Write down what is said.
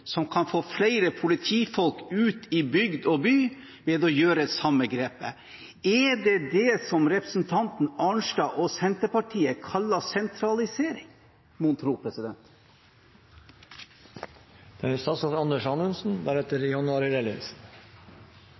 som kan få flere politifolk ut i bygd og by ved å gjøre samme grepet. Er det det som representanten Arnstad og Senterpartiet kaller sentralisering, mon tro?